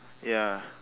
ya